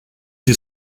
the